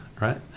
right